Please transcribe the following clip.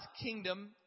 kingdom